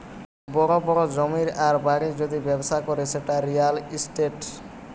বড় বড় জমির আর বাড়ির যদি ব্যবসা করে সেটা রিয়্যাল ইস্টেট